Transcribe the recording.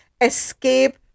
escape